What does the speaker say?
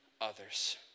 others